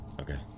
Okay